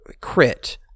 crit